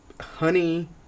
honey